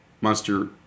Monster